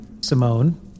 Simone